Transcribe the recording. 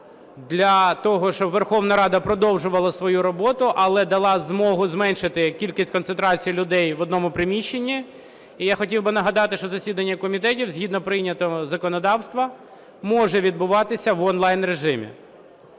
для того, щоб Верховна Рада продовжувала свою роботу, але дала змогу зменшити кількість, концентрацію людей в одному приміщенні. І я хотів би нагадати, що засідання комітетів, згідно прийнятого законодавства, може відбуватися в онлайн режимі.